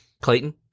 Clayton